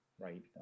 right